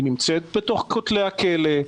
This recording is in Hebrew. היא נמצאת בתוך כותלי הכלא,